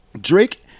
Drake